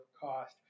cost